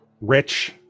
Rich